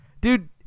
Dude